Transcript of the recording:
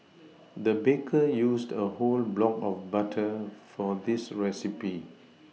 the baker used a whole block of butter for this recipe